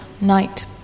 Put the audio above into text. night